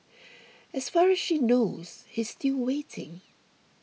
as far as she knows he's still waiting